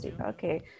Okay